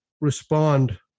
respond